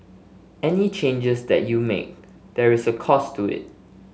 any changes that you make there is a cost to it